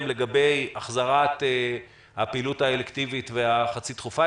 לגבי החזרת הפעילות האלקטיבית והחצי דחופה.